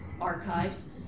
archives